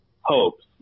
hopes